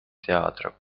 teatro